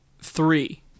three